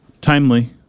timely